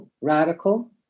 radical